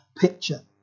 picture